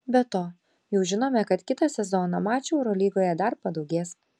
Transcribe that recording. be to jau žinome kad kitą sezoną mačų eurolygoje dar padaugės